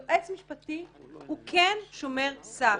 יועץ משפטי הוא כן שומר סף.